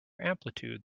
amplitude